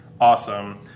awesome